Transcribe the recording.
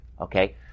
Okay